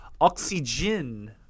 Oxygen